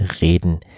reden